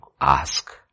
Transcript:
ask